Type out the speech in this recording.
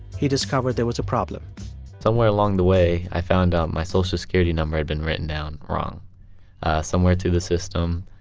he discovered there was a problem somewhere along the way, i found out my social security number had been written down wrong somewhere through the system.